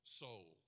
soul